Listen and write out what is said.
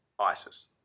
ISIS